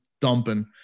dumping